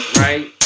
right